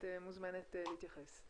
את מוזמנת להתייחס.